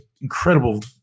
incredible